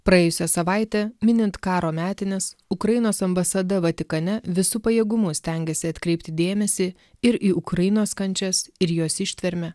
praėjusią savaitę minint karo metines ukrainos ambasada vatikane visu pajėgumu stengiasi atkreipti dėmesį ir į ukrainos kančias ir jos ištvermę